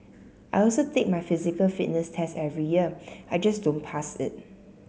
I also take my physical fitness test every year I just don't pass it